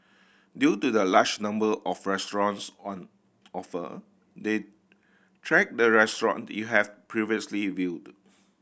due to the large number of restaurants on offer they track the restaurant you have previously viewed